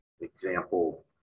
Example